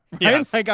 Yes